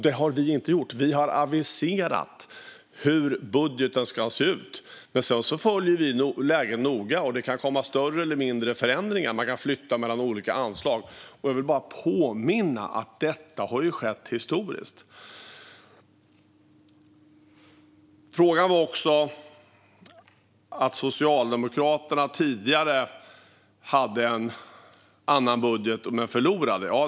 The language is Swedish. Det har vi heller inte gjort, utan vi har aviserat hur budgeten ska se ut. Sedan följer vi läget noga. Det kan komma större eller mindre förändringar, och det går att flytta mellan olika anslag. Jag vill påminna om att detta har skett historiskt. Det nämndes också att Socialdemokraterna tidigare hade en annan budget men förlorade.